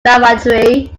lavatory